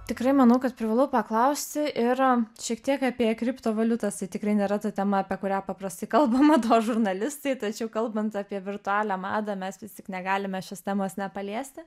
tikrai manau kad privalau paklausti ir šiek tiek apie kriptovaliutas tikrai nėra ta tema apie kurią paprastai kalba mados žurnalistai tačiau kalbant apie virtualią madą mes visi negalime šios temos nepaliesti